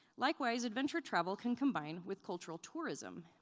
likewise, adventure travel can combine with cultural tourism,